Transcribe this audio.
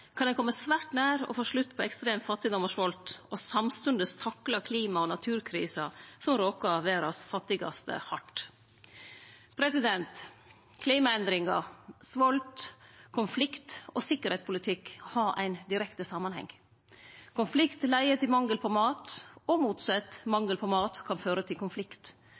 kan ein kome svært nær å få slutt på ekstrem fattigdom og svolt og samstundes takle klima- og naturkriser som råkar verdas fattigaste hardt. Klimaendringar, svolt, konflikt og sikkerheitspolitikk har ein direkte samanheng. Konflikt leier til mangel på mat, og motsett: Mangel på mat kan føre til konflikt.